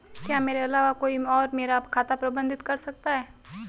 क्या मेरे अलावा कोई और मेरा खाता प्रबंधित कर सकता है?